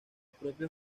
propios